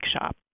shop